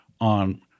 on